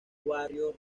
barrios